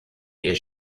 ihr